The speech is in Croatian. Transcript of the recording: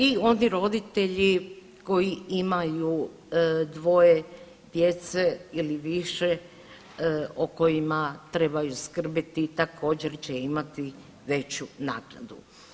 I oni roditelji koji imaju dvoje djece ili više o kojima trebaju skrbiti također će imati veću naknadu.